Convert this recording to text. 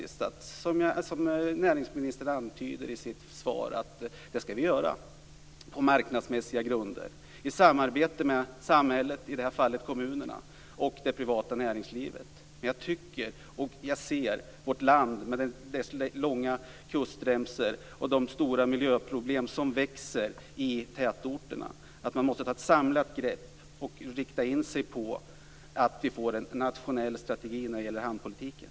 Som näringsministern antyder i sitt svar skall vi göra det på marknadsmässiga grunder i samarbete med samhället, i det här fallet kommunerna och det privata näringslivet. Jag tycker att vi i vårt land, med dess långa kustremsor och de stora växande miljöproblemen i tätorterna, måste ta ett samlat grepp och rikta in oss på att vi får en nationell strategi när det gäller hamnpolitiken.